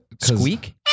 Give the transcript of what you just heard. Squeak